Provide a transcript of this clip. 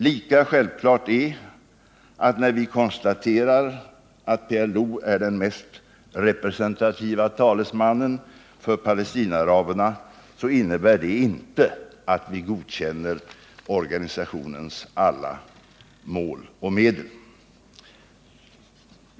Lika självklart är det, att när vi konstaterar att PLO är det mest representativa språkröret för Palestinaaraberna, innebär detta inte att vi godkänner organisationens alla mål och medel.